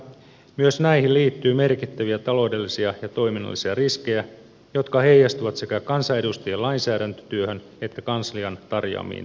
myös näihin liittyy merkittäviä taloudellisia ja toiminnallisia riskejä jotka heijastuvat sekä kansanedustajien lainsäädäntötyöhön että kanslian tarjoamiin tukipalveluihin